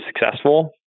successful